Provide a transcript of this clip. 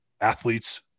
athletes